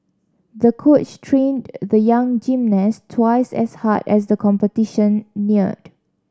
the coach trained the young gymnast twice as hard as the competition neared